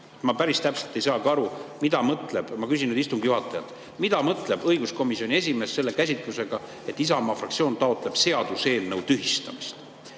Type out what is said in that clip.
Ma päris täpselt ei saagi aru, mida ta mõtleb. Ma küsin nüüd istungi juhatajalt: mida mõtleb õiguskomisjoni esimees selle käsitlusega, et Isamaa fraktsioon taotleb seaduseelnõu tühistamist?